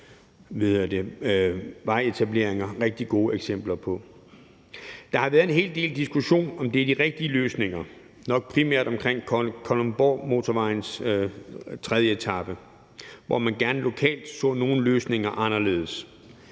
vejetableringer rigtig gode eksempler på. Der har været en hel diskussion om, hvorvidt det er de rigtige løsninger, nok primært omkring Kalundborgmotorvejens tredje etape, hvor man lokalt gerne så, at nogle løsninger var anderledes.